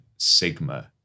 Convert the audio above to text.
Sigma